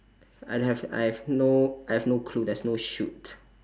I have I have no I have no clue there's no shoot